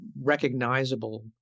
recognizable